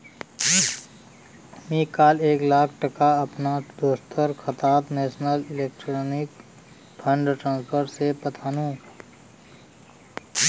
मी काल एक लाख टका अपना दोस्टर खातात नेशनल इलेक्ट्रॉनिक फण्ड ट्रान्सफर से पथानु